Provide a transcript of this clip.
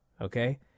Okay